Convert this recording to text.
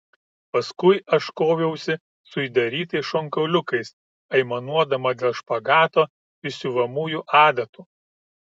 paskui aš koviausi su įdarytais šonkauliukais aimanuodama dėl špagato ir siuvamųjų adatų